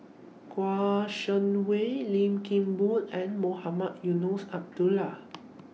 Kouo Shang Wei Lim Kim Boon and Mohamed Eunos Abdullah